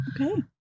Okay